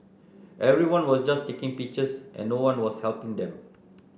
everyone was just taking pictures and no one was helping them